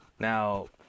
Now